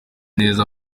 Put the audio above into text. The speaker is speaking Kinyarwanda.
neza